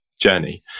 journey